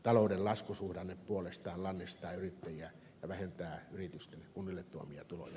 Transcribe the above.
talouden laskusuhdanne puolestaan lannistaa yrittäjiä ja vähentää yritysten kunnille tuomia tuloja